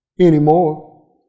anymore